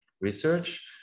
Research